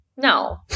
no